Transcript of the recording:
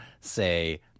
say